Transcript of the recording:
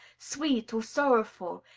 sweet or sorrowful,